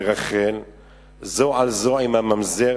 לרכל זו על זו" עם הממזר,